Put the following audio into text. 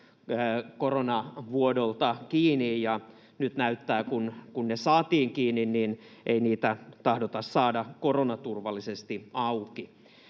koronavuodolta kiinni, ja nyt kun ne saatiin kiinni, näyttää siltä, että niitä ei tahdota saada koronaturvallisesti auki.